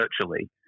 virtually